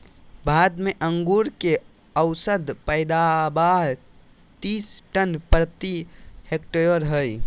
भारत में अंगूर के औसत पैदावार तीस टन प्रति हेक्टेयर हइ